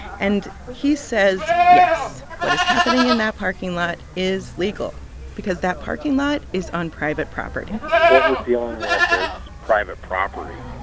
and he says, yes, what is happening in that parking lot is legal because that parking lot is on private property what we're dealing with is private property.